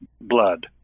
blood